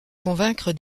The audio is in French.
convaincre